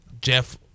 Jeff